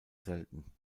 selten